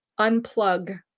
unplug